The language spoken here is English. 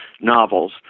novels